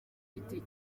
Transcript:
giti